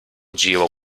giro